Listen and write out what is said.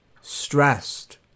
stressed